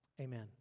amen